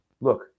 look